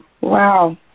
Wow